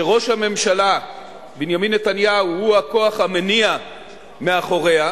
שראש הממשלה בנימין נתניהו הוא הכוח המניע מאחוריה,